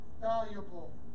valuable